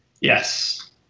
Yes